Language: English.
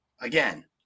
again